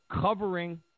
covering